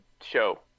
show